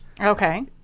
Okay